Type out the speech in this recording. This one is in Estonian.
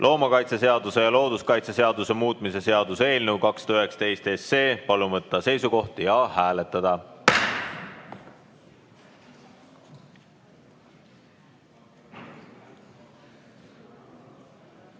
loomakaitseseaduse ja looduskaitseseaduse muutmise seaduse eelnõu 219. Palun võtta seisukoht ja hääletada!